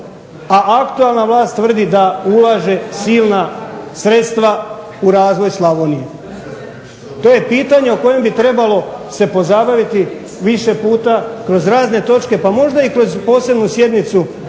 a aktualna vlast tvrdi da ulaže silna sredstva u razvoj Slavonije. To je pitanje o kojem bi trebalo se pozabaviti više puta kroz razne točke, pa možda i kroz posebnu sjednicu